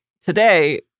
today